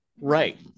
Right